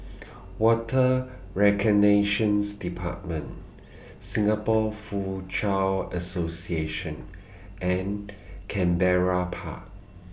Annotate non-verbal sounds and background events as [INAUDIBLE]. [NOISE] Water [UNINTELLIGIBLE] department [NOISE] Singapore Foochow Association and Canberra Park